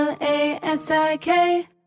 L-A-S-I-K